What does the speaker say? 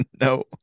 no